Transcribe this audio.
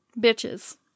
Bitches